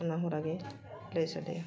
ᱚᱱᱟ ᱦᱚᱨᱟᱜᱮ ᱞᱟᱹᱭ ᱥᱟᱰᱮᱭᱟ